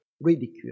ridicule